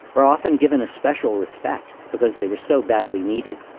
were often given a special respect because they were so badly needed.